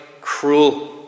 cruel